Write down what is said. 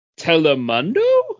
Telemundo